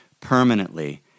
permanently